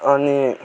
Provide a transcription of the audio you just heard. अनि